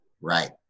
right